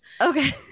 Okay